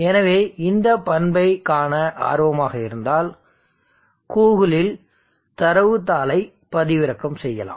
எனவே இந்த பண்பைக் காண ஆர்வமாக இருந்தால் கூகிளில் தரவுத் தாளைப் பதிவிறக்கம் செய்யலாம்